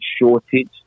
shortage